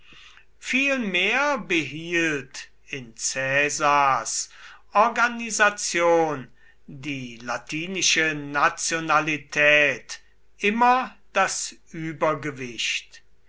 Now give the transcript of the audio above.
vielmehr behielt in caesars organisation die latinische nationalität immer das übergewicht